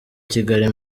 kigali